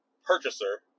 purchaser